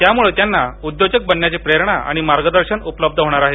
त्यामुळे त्यांना उदयोजन बनण्याची प्रेरणा आणि मार्गदर्शन उपलब्ध होणार आहे